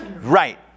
Right